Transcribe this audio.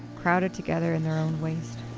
crowded together in their own waste.